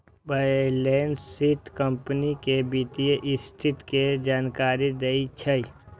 balance sheet company के वित्तीय स्थिति के जानकारी दै छै